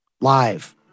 live